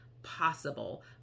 possible